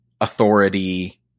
authority